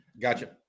Gotcha